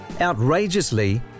Outrageously